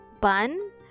bun